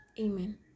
Amen